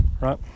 right